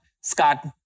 Scott